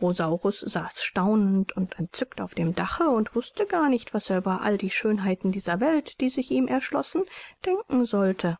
saß staunend und entzückt auf dem dache und wußte gar nicht was er über alle die schönheiten dieser welt die sich ihm erschlossen denken sollte